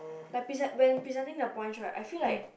like present when presenting their points right I feel like